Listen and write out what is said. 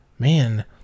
Man